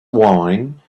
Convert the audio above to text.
wine